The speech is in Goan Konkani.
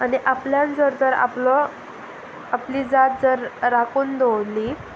आनी आपल्यान जर तर आपलो आपली जात जर राखून दवरली